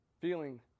feeling